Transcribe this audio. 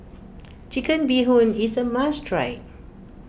Chicken Bee Hoon is a must try